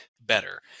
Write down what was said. better